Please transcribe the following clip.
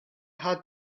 had